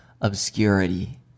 obscurity